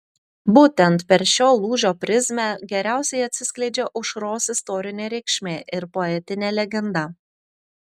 būtent per šio lūžio prizmę geriausiai atsiskleidžia aušros istorinė reikšmė ir poetinė legenda